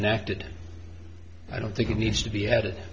enacted i don't think it needs to be added